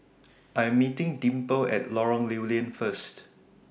I Am meeting Dimple At Lorong Lew Lian First